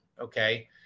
Okay